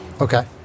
Okay